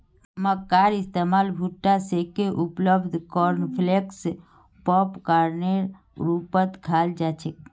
मक्कार इस्तमाल भुट्टा सेंके उबलई कॉर्नफलेक्स पॉपकार्नेर रूपत खाल जा छेक